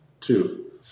two